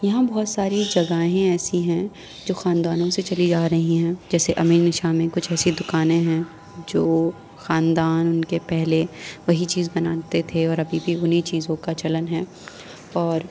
یہاں بہت ساری جگہیں ایسی ہیں جو خاندانوں سے چلی آ رہیں ہیں جیسے امین نشا میں کچھ ایسی دوکانیں ہیں جو خاندان کے پہلے وہی چیز بناتے تھے اور ابھی بھی انہیں چیزوں کا چلن ہیں اور